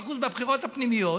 60% בבחירות הפנימיות,